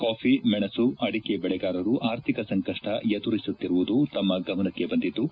coffee ಮೆಣಸು ಅಡಿಕೆ ಬೆಳೆಗಾರರು ಆರ್ಥಿಕ ಸಂಕಷ್ಷ ಎದುರಿಸುತ್ತಿರುವುದು ತಮ್ನ ಗಮನಕ್ಕೆ ಬಂದಿದ್ಲು